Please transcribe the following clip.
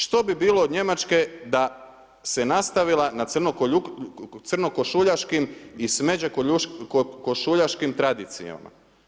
Što bi bilo od Njemačke da se nastavila na crno košuljaškim i smeđe košuljaškim tradicijama?